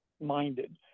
minded